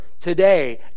today